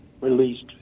released